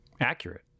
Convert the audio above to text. accurate